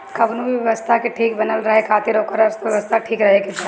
कवनो भी व्यवस्था के ठीक बनल रहे खातिर ओकर अर्थव्यवस्था ठीक रहे के चाही